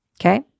Okay